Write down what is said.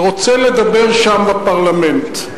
ורוצה לדבר שם בפרלמנט,